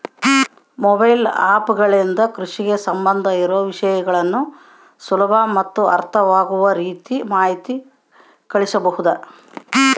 Mobile app ಗಳಿಂದ ಕೃಷಿಗೆ ಸಂಬಂಧ ಇರೊ ವಿಷಯಗಳನ್ನು ಸುಲಭ ಮತ್ತು ಅರ್ಥವಾಗುವ ರೇತಿ ಮಾಹಿತಿ ಕಳಿಸಬಹುದಾ?